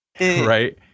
Right